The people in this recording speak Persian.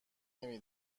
نمی